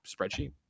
spreadsheet